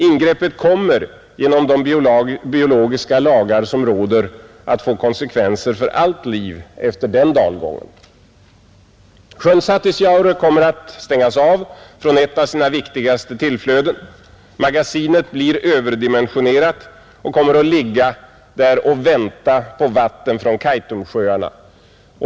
Ingreppet kommer genom de biologiska lagar som råder att få konsekvenser för allt liv utefter den dalgången. Sjön Satisjaure kommer att stängas av från ett av sina viktigaste tillflöden. Magasinet blir överdimensionerat och kommer att ligga där och vänta på vatten från Kaitumsjöarna.